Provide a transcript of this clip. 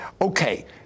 okay